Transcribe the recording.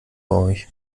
euch